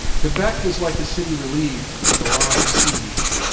quebec was like a city relieved from a long siege.